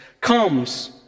comes